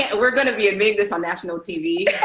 and we're gonna be admitting this on national tv,